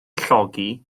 llogi